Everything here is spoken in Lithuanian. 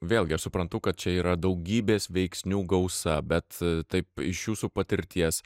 vėlgi aš suprantu kad čia yra daugybės veiksnių gausa bet taip iš jūsų patirties